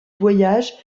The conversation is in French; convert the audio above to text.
voyage